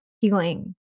healing